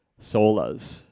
solas